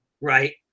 Right